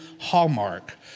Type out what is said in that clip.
hallmark